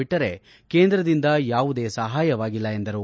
ಬಿಟ್ವರೆ ಕೇಂದ್ರದಿಂದ ಯಾವುದೇ ಸಹಾಯವಾಗಿಲ್ಲ ಎಂದರು